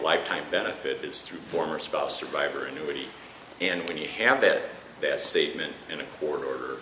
lifetime benefit is through former spouse survivor annuity and have it this statement